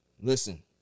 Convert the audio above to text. listen